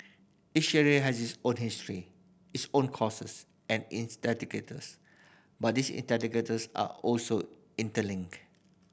each area has its own history its own causes and instigators but these instigators are also interlinked